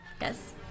Yes